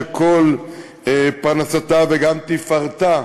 שכל פרנסתה וגם תפארתה